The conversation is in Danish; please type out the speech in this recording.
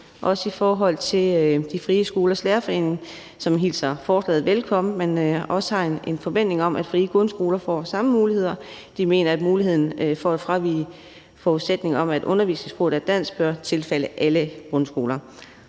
også i forhold til Frie Skolers Lærerforening, som hilser forslaget velkommen, men som også har en forventning om, at frie grundskoler får samme muligheder. De mener, at muligheden for at fravige forudsætningen om, at undervisningssproget er dansk, bør tilfalde alle grundskoler.